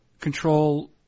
control